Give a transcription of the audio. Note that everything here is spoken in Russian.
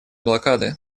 блокады